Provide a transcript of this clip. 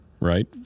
right